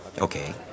Okay